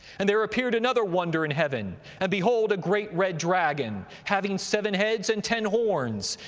and there appeared another wonder in heaven and behold a great red dragon, having seven heads and ten horns,